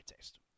taste